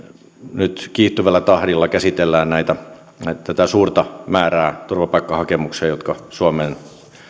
nyt kiihtyvällä tahdilla käsitellään tätä suurta määrää turvapaikkahakemuksia jotka suomeen